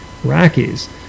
iraqis